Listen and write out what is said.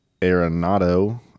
Arenado